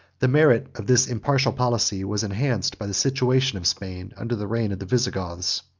the merit of this impartial policy was enhanced by the situation of spain under the reign of the visigoths.